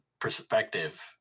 perspective